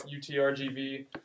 UTRGV